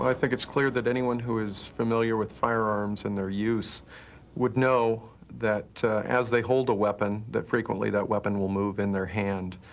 think it's clear that anyone who is familiar with firearms and their use would know that as they hold a weapon, that frequently that weapon will move in their hand.